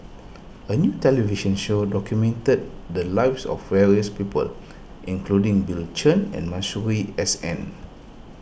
a new television show documented the lives of various people including Bill Chen and Masuri S N